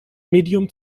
medium